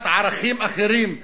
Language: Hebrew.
קביעת ערכים אחרים,